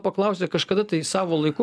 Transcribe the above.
paklausė kažkada tai savo laiku